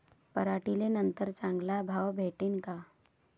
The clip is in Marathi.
पराटीले नंतर चांगला भाव भेटीन का?